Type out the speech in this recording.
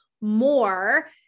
more